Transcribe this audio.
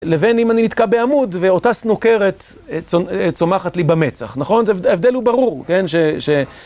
לבין אם אני נתקע בעמוד ואותה סנוקרת צומחת לי במצח, נכון? ההבדל הוא ברור, כן?